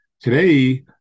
Today